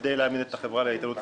כדי להביא את החברה לאיתנות פיננסית,